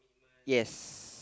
yes